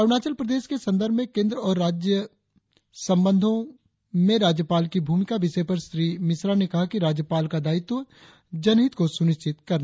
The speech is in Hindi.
अरुणाचल प्रदेश के संदर्भ में केंद्र और राज्य संबंधो में राज्यपाल की भूमिका विषय पर श्री मिश्रा ने कहा कि की राज्यपाल का दायित्व जनहित को सुनिश्चित करना है